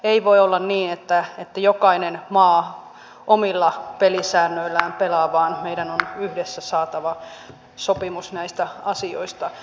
ei voi olla niin että jokainen maa omilla pelisäännöillään pelaa vaan meidän on yhdessä saatava sopimus näistä asioista